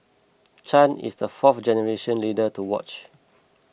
Chan is the fourth generation leader to watch